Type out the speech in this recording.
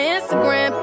Instagram